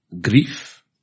grief